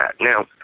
Now